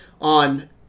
on